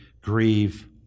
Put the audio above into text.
grieve